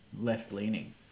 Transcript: left-leaning